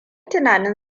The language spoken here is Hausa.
tunanin